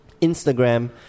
Instagram